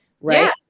right